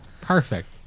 perfect